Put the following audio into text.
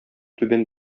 түбән